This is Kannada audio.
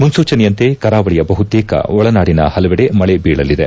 ಮುನ್ಸೂಚನೆಯಂತೆ ಕರಾವಳಿಯ ಬಹುತೇಕ ಒಳನಾಡಿನ ಹಲವೆಡೆ ಮಳೆ ಬೀಳಲಿದೆ